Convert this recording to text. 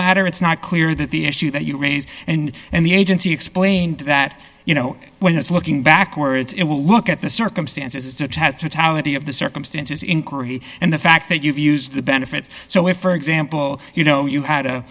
matter it's not clear that the issue that you raised and and the agency explained that you know when it's looking backwards it will look at the circumstances of the circumstances inquiry and the fact that you've used the benefits so if for example you know you had a